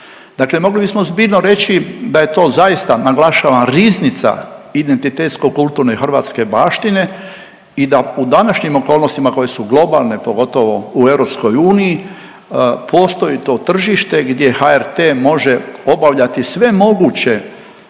Dakle mogli bismo zbirno reći da je to zaista, naglašavam riznica identitetsko-kulturne hrvatske baštine i da u današnjim okolnostima koje su globalne, pogotovo u EU, postoji to tržište gdje HRT može obavljati sve moguće